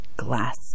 glass